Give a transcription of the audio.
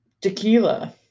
tequila